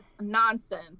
nonsense